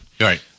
Right